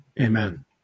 amen